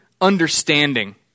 understanding